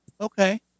okay